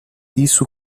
isso